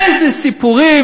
איזה סיפורים,